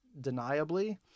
deniably